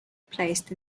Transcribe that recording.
placed